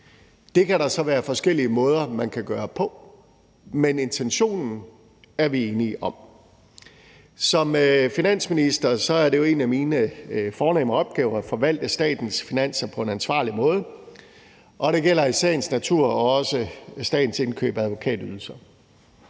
Der kan så være forskellige måder, man kan gøre det på, men intentionen er vi enige om. Som finansminister er det jo en af mine fornemme opgaver at forvalte statens finanser på en ansvarlig måde, og det gælder i sagens natur også statens indkøb af advokatydelser.